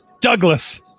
douglas